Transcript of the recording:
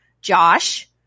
josh